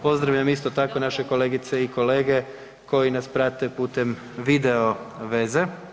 Pozdravljam isto tako naše kolegice i kolege koji nas prate putem video veze.